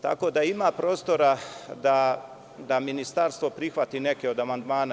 tako da ima prostora da Ministarstvo prihvati neke od amandmana.